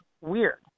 weird